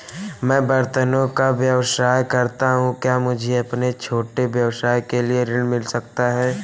मैं बर्तनों का व्यवसाय करता हूँ क्या मुझे अपने छोटे व्यवसाय के लिए ऋण मिल सकता है?